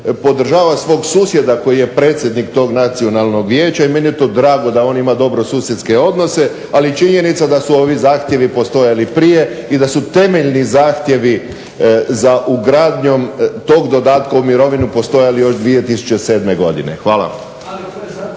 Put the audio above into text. podržava svog susjeda koji je predsjednik tog Nacionalnog vijeća. I meni je to drago da on ima dobrosusjedske odnose. Ali činjenica da su ovi zahtjevi postojali i prije i da su temeljni zahtjevi za ugradnjom tog dodatka u mirovinu postojali još 2007. godine. Hvala.